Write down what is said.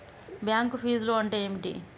Bank ఫీజ్లు అంటే ఏమిటి?